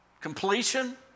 completion